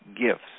gifts